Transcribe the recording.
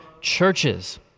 churches